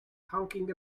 honking